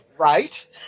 Right